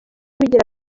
bigira